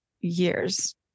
years